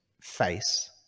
face